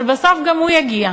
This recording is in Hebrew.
אבל בסוף גם הוא יגיע.